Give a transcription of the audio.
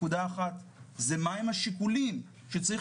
נקודה אחת היא מה הם השיקולים שצריך